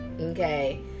okay